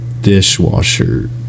Dishwasher